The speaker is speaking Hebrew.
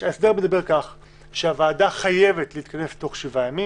ההסדר אומר שהוועדה חייבת להתכנס תוך 7 ימים,